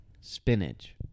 Spinach